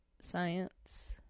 science